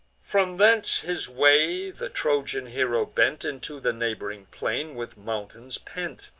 from thence his way the trojan hero bent into the neighb'ring plain, with mountains pent,